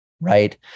right